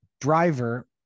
driver